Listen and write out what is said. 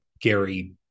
Gary